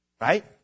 Right